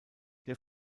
der